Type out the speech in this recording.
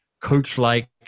coach-like